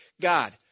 God